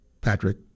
Patrick